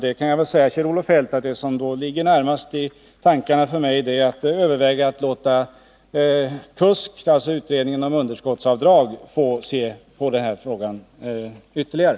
Jag kan väl säga till Kjell-Olof Feldt att det som ligger närmast till för mig är att överväga att låta kommittén om underskottsavdrag få se på frågan ytterligare.